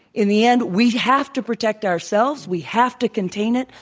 in the end we have to protect ourselves. we have to contain it,